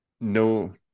No